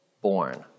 born